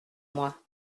moi